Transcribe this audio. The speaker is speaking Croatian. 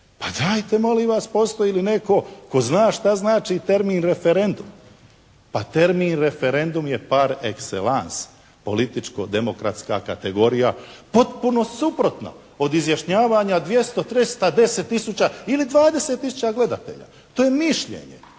Pa dajte molim vas, postoji li netko tko zna šta znači termin referendum? Pa termin referendum je par exellence, političko demokratska kategorija, potpuno suprotna od izjašnjavanja 200, 300, 10 tisuća ili 20 tisuća gledatelja. To je mišljenje